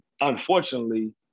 unfortunately